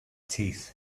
teeth